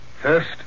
First